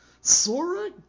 Sora